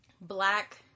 black